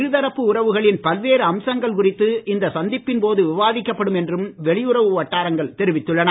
இருதரப்பு உறவுகளின் பல்வேறு அம்சங்கள் குறித்து இந்த சந்திப்பின் போது விவாதிக்கப்படும் என்றும் வெளியுறவு வட்டாரங்கள் தெரிவித்துள்ளன